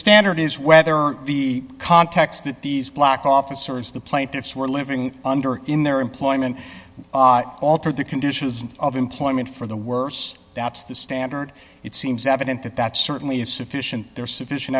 standard is whether the context that these black officers the plaintiffs were living under in their employment altered the conditions of employment for the worse that's the standard it seems evident that that certainly is sufficient there is sufficient